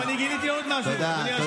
גיליתי עוד משהו, תודה.